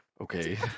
okay